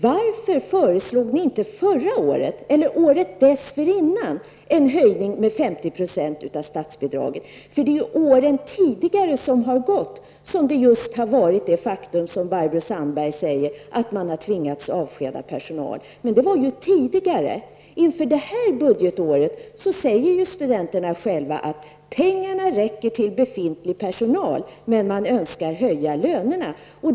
Varför föreslog ni inte i fjol eller året dessförinnan att statsbidraget till studerandehälsovården skulle höjas med 50 %? Det är ju under tidigare år som det har varit på det sätt som Barbro Sandberg beskriver, nämligen att man har tvingats avskeda personal. Inför det här budgetåret säger studenterna själva att pengarna räcker till befintlig personal men att man vill höja lönerna.